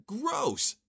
Gross